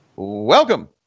Welcome